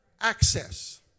access